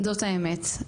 זאת האמת.